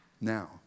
Now